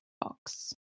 Box